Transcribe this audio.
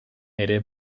ere